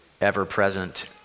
ever-present